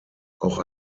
auch